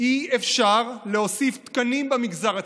אי-אפשר להוסיף תקנים במגזר הציבורי.